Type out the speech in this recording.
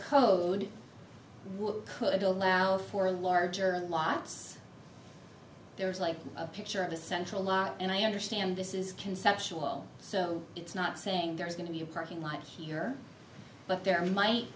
code could allow for larger lives there's like a picture of a central lot and i understand this is conceptual so it's not saying there is going to be a parking lot here but there might